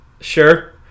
Sure